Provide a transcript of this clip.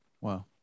wow